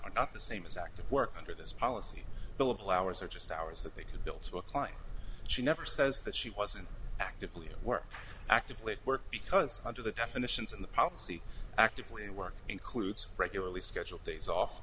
is not the same as active work under this policy billable hours or just hours that they could build a client she never says that she wasn't actively at work actively work because under the definitions in the policy actively work includes regularly scheduled days off